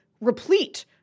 replete